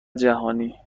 جهانی